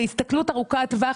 בהסתכלות ארוכת טווח,